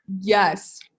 Yes